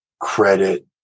credit